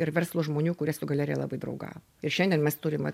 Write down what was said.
ir verslo žmonių kurie su galerija labai draugavo ir šiandien mes turim va